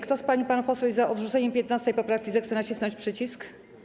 Kto z pań i panów posłów jest za odrzuceniem 15. poprawki, zechce nacisnąć przycisk.